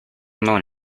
known